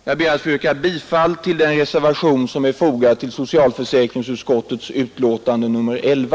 Jag ber att få yrka bifall till den reservation som är fogad till socialförsäkringsutskottets betänkande nr 11.